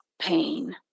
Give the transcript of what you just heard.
pain